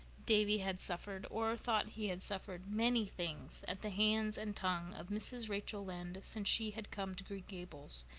davy had suffered, or thought he had suffered, many things at the hands and tongue of mrs. rachel lynde since she had come to green gables,